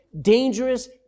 dangerous